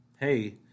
hey